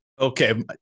okay